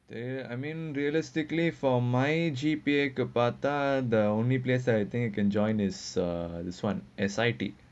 they I mean realistically for my G_P_A பாத்தா:paathaa the only place I think you can join is err this [one] S_I_T